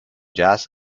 jazz